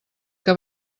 que